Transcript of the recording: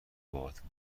باهاتون